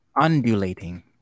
undulating